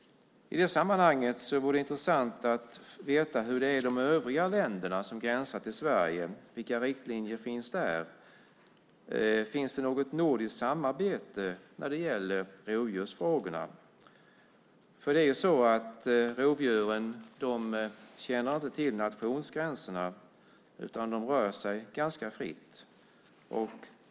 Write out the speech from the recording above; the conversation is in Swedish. I det sammanhanget vore det intressant att veta hur det är i de länder som gränsar till Sverige. Vilka riktlinjer finns där? Finns det något nordiskt samarbete när det gäller rovdjursfrågorna? Rovdjuren känner ju inte nationsgränserna, utan de rör sig ganska fritt.